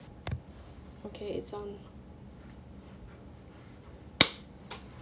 okay it's on